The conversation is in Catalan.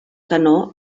canó